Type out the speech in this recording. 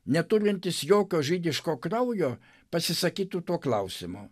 neturintis jokio žydiško kraujo pasisakytų tuo klausimu